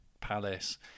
Palace